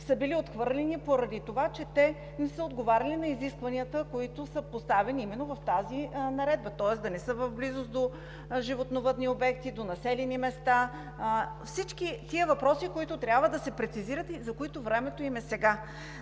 са били отхвърлени, поради това че не са отговаряли на изискванията, които са поставени именно в тази наредба, тоест да не са в близост до животновъдни обекти, до населени места – всички тези въпроси, които трябва да се прецизират и на които времето им е сега.